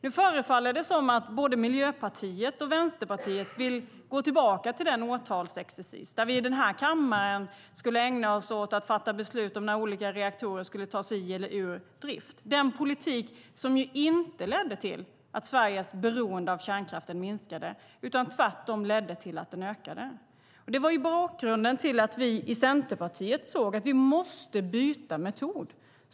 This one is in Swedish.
Nu förefaller det som om både Miljöpartiet och Vänsterpartiet vill gå tillbaka till den årtalsexercis som innebar att vi i denna kammare skulle ägna oss åt att fatta beslut om när olika reaktorer skulle tas i eller ur drift, den politik som inte ledde till att Sveriges beroende av kärnkraften minskade, utan tvärtom ledde till att den ökade. Det är bakgrunden till att vi i Centerpartiet insåg att vi måste byta metod.